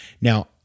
Now